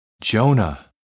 Jonah